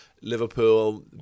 Liverpool